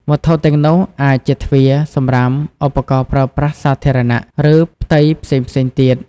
វត្ថុទាំងនោះអាចជាទ្វារ សំរាម ឧបករណ៍ប្រើប្រាស់សាធារណៈ ឬផ្ទៃផ្សេងៗទៀត។